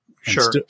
Sure